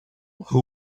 who